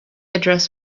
address